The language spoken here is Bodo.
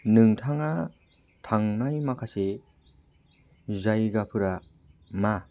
नोंथाङा थांनाय माखासे जायगाफोरा मा